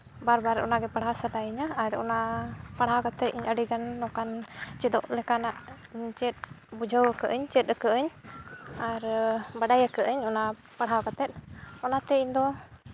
ᱵᱟᱨ ᱵᱟᱨ ᱚᱱᱟᱜᱮ ᱯᱟᱲᱦᱟᱣ ᱥᱟᱱᱟᱧᱟ ᱟᱨ ᱚᱱᱟ ᱯᱟᱲᱦᱟᱣ ᱠᱟᱛᱮ ᱤᱧ ᱟᱹᱰᱤᱜᱟᱱ ᱱᱚᱝᱠᱟ ᱪᱮᱫᱚᱜ ᱞᱮᱠᱟᱱᱟᱜ ᱪᱮᱫ ᱵᱩᱡᱷᱟᱹᱣ ᱠᱟᱜ ᱟᱹᱧ ᱟᱨ ᱵᱟᱰᱟᱭ ᱠᱟᱜ ᱟᱹᱧ ᱚᱱᱟ ᱯᱟᱲᱦᱟᱣ ᱠᱟᱛᱮ ᱚᱱᱟᱛᱮ ᱤᱧᱫᱚ